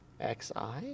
X-I